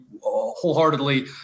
wholeheartedly